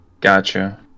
gotcha